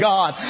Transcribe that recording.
God